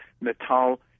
metal